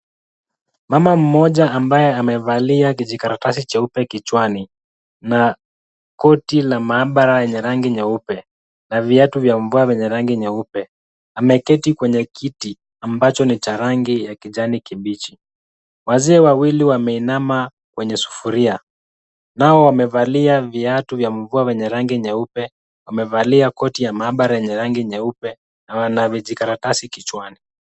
Mama mmoja ambaye amevalia kijikaratasi cheupe kichwani na koti la maabara lenye rangi nyeupe na viatu vya mvua vyenye rangi nyeupe, ameketi kwenye kiti ambacho ni cha rangi ya kijani kibichi. Wazee wawili wameinama kwenye sufuria, nao wamevalia viatu vya mvua vyenye rangi nyeupe, wamevalia koti ya maabara yenye rangi nyeupe na wana vijikaratasi kichwani.